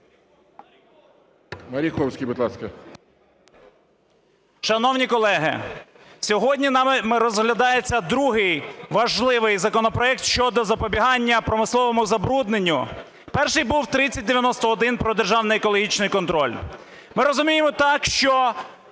Маріковський, будь ласка.